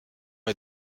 est